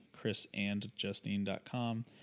Chrisandjustine.com